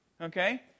Okay